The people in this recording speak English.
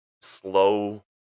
slow